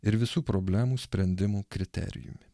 ir visų problemų sprendimų kriterijumi